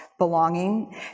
belonging